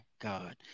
God